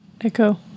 Echo